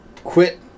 quit